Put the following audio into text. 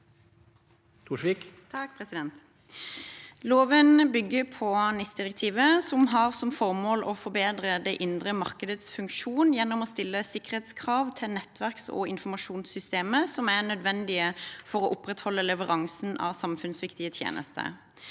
Loven bygger på NIS-direktivet, som har som formål å forbedre det indre markedets funksjon gjennom å stille sikkerhetskrav til nettverks- og informasjonssystemer som er nødvendige for å opprettholde leveransen av samfunnsviktige tjenester.